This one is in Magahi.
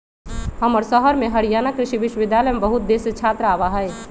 हमर शहर में हरियाणा कृषि विश्वविद्यालय में बहुत देश से छात्र आवा हई